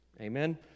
Amen